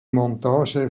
montage